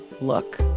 look